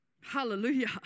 Hallelujah